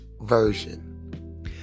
version